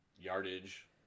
yardage